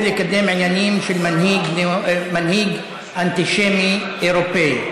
לקדם עניינים של מנהיג אנטישמי אירופי.